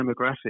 demographic